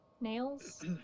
Nails